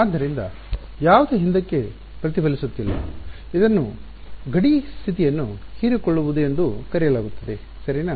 ಆದ್ದರಿಂದ ಯಾವುದೂ ಹಿಂದಕ್ಕೆ ಪ್ರತಿಫಲಿಸುತ್ತಿಲ್ಲ ಇದನ್ನು ಗಡಿ ಸ್ಥಿತಿಯನ್ನು ಹೀರಿಕೊಳ್ಳುವುದು ಎಂದು ಕರೆಯಲಾಗುತ್ತದೆ ಸರಿನಾ